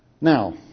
Now